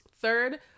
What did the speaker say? Third